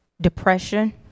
depression